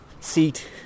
seat